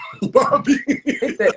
Bobby